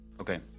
Okay